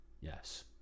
Yes